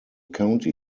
county